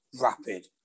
rapid